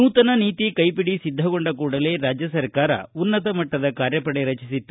ನೂತನ ನೀತಿ ಕೈಪಿಡಿ ಸಿದ್ದಗೊಂಡ ಕೂಡಲೇ ರಾಜ್ಯ ಸರ್ಕಾರ ಉನ್ನತಮಟ್ಟದ ಕಾರ್ಯಪಡೆ ರಚಿಸಿತ್ತು